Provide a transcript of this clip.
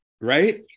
right